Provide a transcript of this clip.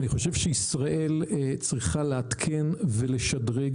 אני חושב שישראל צריכה לעדכן ולשדרג